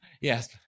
Yes